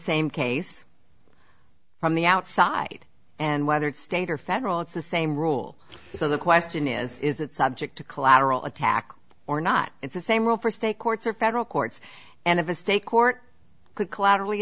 same case from the outside and whether it's state or federal it's the same rule so the question is is it subject to collateral attack or not it's the same rule for state courts or federal courts and if a state court could collateral